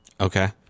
Okay